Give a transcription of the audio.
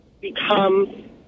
become